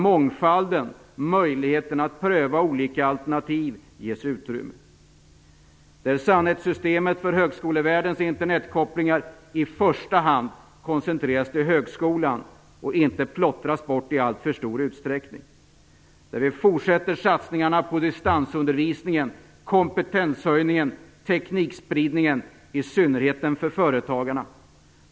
Mångfalden och möjligheten att pröva olika alternativ måste ges utrymme. SUNET-systemet för högskolevärldens internetkopplingar bör i första hand koncentreras till högskolan och inte plottras bort i alltför stor utsträckning. Vi måste fortsätta satsningarna på distansundervisning, kompetenshöjning och teknikspridning, i synnerhet för företagarna.